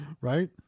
Right